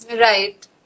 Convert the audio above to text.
Right